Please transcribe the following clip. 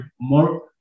more